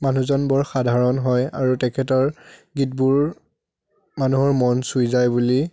মানুহজন বৰ সাধাৰণ হয় আৰু তেখেতৰ গীতবোৰ মানুহৰ মন চুই যায় বুলি